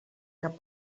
cap